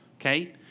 Okay